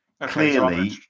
clearly